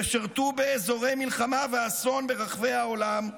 ששירתו באזורי מלחמה ואסון ברחבי העולם,